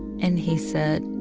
and he said,